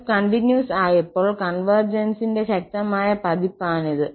𝑓 continuous ആയപ്പോൾ കോൺവെർജന്സിന്റെ ശക്തമായ പതിപ്പാണിത്